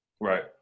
Right